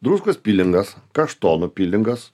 druskos pilingas kaštonų pilingas